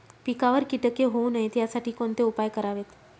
पिकावर किटके होऊ नयेत यासाठी कोणते उपाय करावेत?